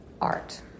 art